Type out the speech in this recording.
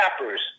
rappers